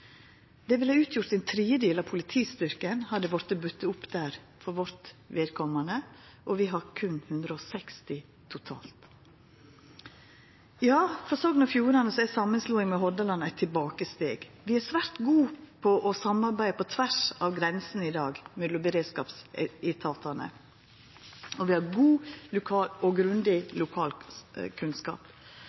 Det ville ha utgjort ein tredjedel av politistyrken hadde det vorte brukt opp der, for vårt vedkomande, og vi har berre 160 totalt. For Sogn og Fjordane er ei samanslåing med Hordaland eit tilbakesteg. Vi er svært gode til å samarbeida på tvers av grensene mellom beredskapsetatane i dag, og vi har god og grundig lokalkunnskap,